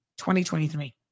2023